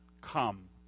come